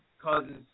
causes